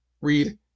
Read